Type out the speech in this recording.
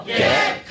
get